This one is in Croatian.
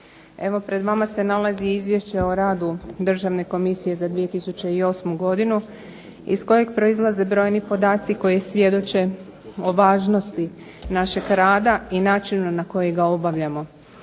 pred vama se nalazi izvješće o radu Državne komisije za 2008. godinu iz kojeg proizlaze brojni podaci koji svjedoče o važnosti našeg rada i načina na koji ga obavljamo.